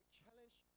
challenge